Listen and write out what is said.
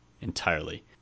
entirely